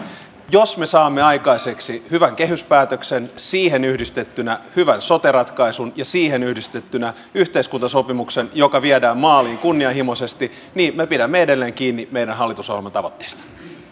jos me saamme aikaiseksi hyvän kehyspäätöksen siihen yhdistettynä hyvän sote ratkaisun ja siihen yhdistettynä yhteiskuntasopimuksen joka viedään maaliin kunnianhimoisesti niin me pidämme edelleen kiinni meidän hallitusohjelmamme tavoitteesta pyydän